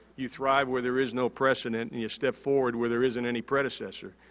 you thrive where there is no precedent and you step forward where there isn't any predecessor.